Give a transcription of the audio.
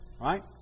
right